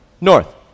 North